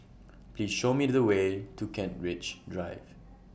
Please Show Me The Way to Kent Ridge Drive